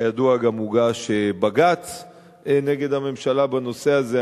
כידוע גם הוגש בג"ץ נגד הממשלה בנושא הזה.